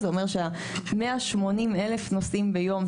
זאת אומרת ש-180 אלף נוסעים ביום,